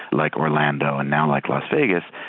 like orlando, and now like las vegas,